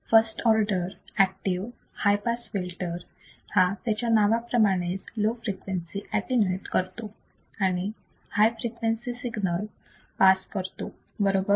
first order active high pass filter हा त्याच्या नावाप्रमाणेच लो फ्रिक्वेन्सी अटीन्यूएट करतो आणि हाय फ्रिक्वेन्सी सिग्नल पास करतो बरोबर